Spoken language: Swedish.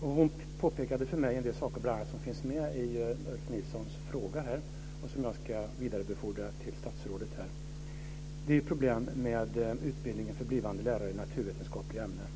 Hon påpekade för mig en del saker som finns med i Ulf Nilssons fråga och som jag ska vidarebefordra till statsrådet. Det är problem med utbildningen för blivande lärare i naturvetenskapliga ämnen.